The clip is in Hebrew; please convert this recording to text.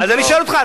אז אני שואל אותך,